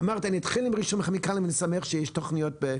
אמרת שתתחילי עם רישום כימיקלים ואני שמח שיש תוכניות.